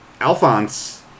Alphonse